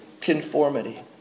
conformity